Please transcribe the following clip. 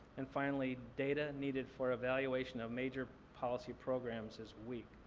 and finally, data needed for evaluation of major policy programs is weak.